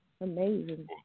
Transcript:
Amazing